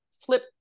flip